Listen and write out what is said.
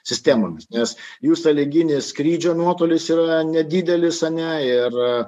sistemomis nes jų sąlyginis skrydžio nuotolis yra nedidelis ane ir